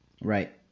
Right